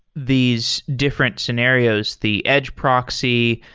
these different scenarios, the edge proxy,